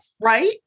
Right